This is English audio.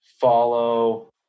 Follow